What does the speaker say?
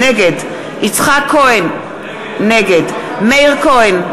נגד יצחק כהן, נגד מאיר כהן,